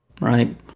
right